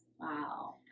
wow